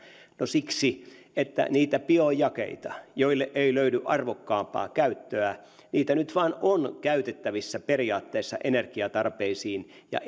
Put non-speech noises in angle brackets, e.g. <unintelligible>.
no siksi että niitä biojakeita joille ei löydy arvokkaampaa käyttöä nyt vain on käytettävissä periaatteessa energiatarpeisiin ja <unintelligible>